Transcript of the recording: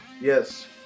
Yes